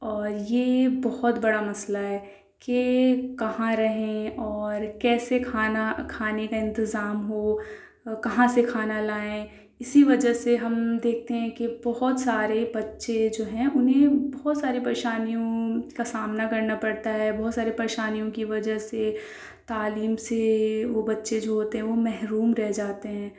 اور یہ بہت بڑا مسئلہ ہے کہ کہاں رہیں اور کیسے کھانا کھانے کا انتظام ہو کہاں سے کھانا لائیں اِسی وجہ سے ہم دیکھتے ہیں کہ بہت سارے بچے جو ہیں اُنہیں بہت سارے پریشانیوں کا سامنا کرنا پڑتا ہے بہت سارے پریشانیوں کی وجہ سے تعلیم سے وہ بچے جو ہوتے ہیں وہ محروم رہ جاتے ہیں